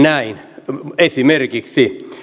näin esimerkiksi